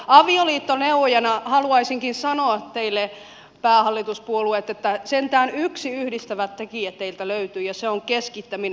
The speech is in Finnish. avioliittoneuvojana haluaisinkin sanoa teille päähallituspuolueet että sentään yksi yhdistävä tekijä teiltä löytyy ja se on keskittäminen